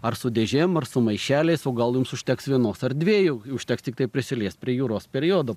ar su dėžėm ar su maišeliais o gal jums užteks vienos ar dviejų užteks tiktai prisiliest prie juros periodo